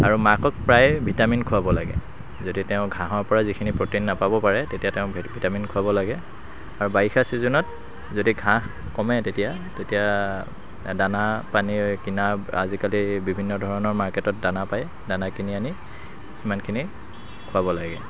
আৰু মাকক প্ৰায় ভিটামিন খুৱাব লাগে যদি তেওঁ ঘাঁহৰ পৰা যিখিনি প্ৰটিন নাপাব পাৰে তেতিয়া তেওঁক ভিটামিন খুৱাব লাগে আৰু বাৰিষাৰ ছিজনত যদি ঘাঁহ কমে তেতিয়া তেতিয়া দানা পানী কিনাৰ আজিকালি বিভিন্ন ধৰণৰ মাৰ্কেটত দানা পায় দানা কিনি আনি সিমানখিনি খুৱাব লাগে